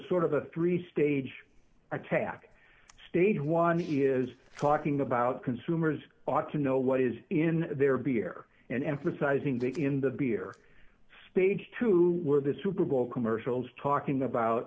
sort of a three stage attack stage one he is talking about consumers ought to know what is in their beer and emphasizing that in the beer stage to the super bowl commercials talking about